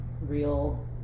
real